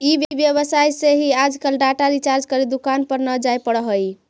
ई व्यवसाय से ही आजकल डाटा रिचार्ज करे दुकान पर न जाए पड़ऽ हई